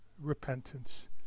repentance